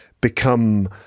become